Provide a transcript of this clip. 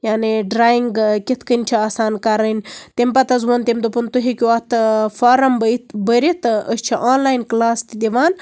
یعنی ڈرایِنٛگ کِتھ کنۍ چھِ آسان کَرٕنۍ تمہ پَتہ حظ وون تٔمۍ دوٚپُن تُہۍ ہیٚکِو اتھ فارَم بٔیِتھ بٔرِتھ أسۍ چھِ آنلاین کٕلاس تہِ دِوان